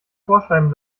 vorschreiben